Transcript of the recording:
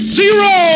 zero